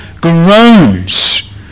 groans